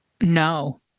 no